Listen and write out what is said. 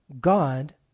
God